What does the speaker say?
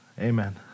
Amen